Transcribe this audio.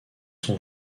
son